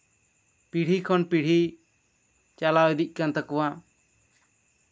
ᱯᱤᱲᱦᱤ ᱠᱷᱚᱱ ᱯᱤᱲᱦᱤ ᱪᱟᱞᱟᱣ ᱤᱫᱤᱜ ᱠᱟᱱ ᱛᱟᱠᱚᱣᱟ